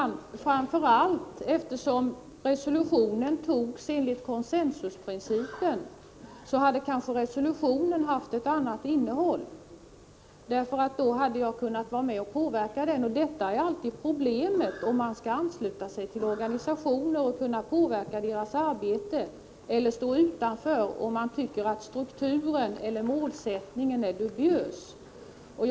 Herr talman! Eftersom resolutionen antogs enligt consensusprincipen hade den kanske framför allt haft ett annat innehåll om jag hade deltagit. Då hade jag kunnat vara med och påverka den. Problemet är alltid valet mellan att ansluta sig till organistioner och därmed kunna påverka deras arbete eller, om man tycker att en organisationsstruktur eller målsättning är dubiös, att stå utanför.